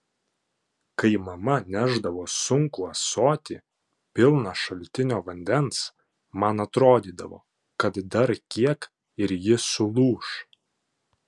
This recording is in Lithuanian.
kai mama nešdavo sunkų ąsotį pilną šaltinio vandens man atrodydavo kad dar kiek ir ji sulūš